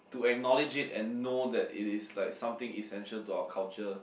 to acknowledge it and know that it is like something essential to our culture